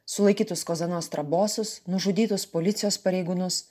sulaikytus kozanostra bosus nužudytus policijos pareigūnus